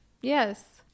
Yes